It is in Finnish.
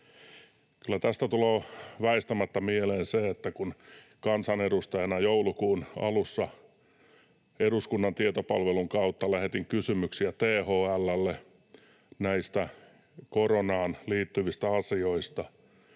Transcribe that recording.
tästä tulee väistämättä mieleen se, että kun kansanedustajana joulukuun alussa eduskunnan tietopalvelun kautta lähetin kysymyksiä THL:lle näistä koronaan liittyvistä asioista,